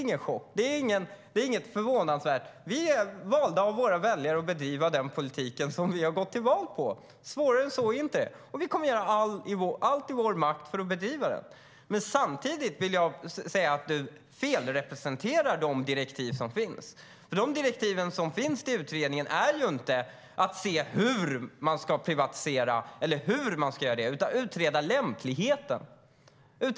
Men nej, det är inget förvånansvärt. Vi är valda av våra väljare för att bedriva den politik som vi har gått till val på. Svårare än så är det inte. Vi kommer att göra allt som står i vår makt för att bedriva den. Raimo Pärssinen felpresenterar dessutom de direktiv som finns till utredningen. Dessa handlar inte om hur man ska privatisera utan om att utreda lämpligheten.